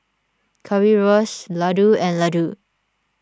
Currywurst Ladoo and Ladoo